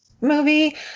movie